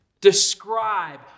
describe